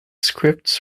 scripts